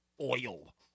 oil